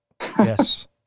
Yes